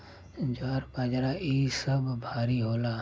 ज्वार बाजरा इ सब भारी होला